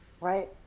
right